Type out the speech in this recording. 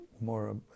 more